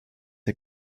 der